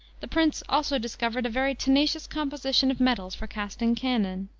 the prince also discovered a very tenacious composition of metals for casting cannon.